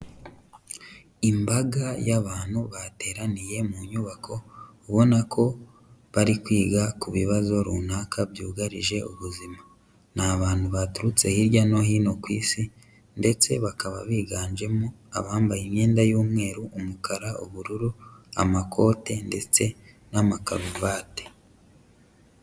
Imbaga y'abantu bateraniye mu nyubako, ubona ko bari kwiga ku bibazo runaka byugarije ubuzima. Ni abantu baturutse hirya no hino ku Isi ndetse bakaba biganjemo abambaye imyenda y'umweru, umukara, ubururu, amakote ndetse n'amakaruvate.